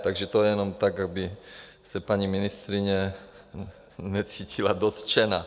Takže to jenom tak, aby se paní ministryně necítila dotčena.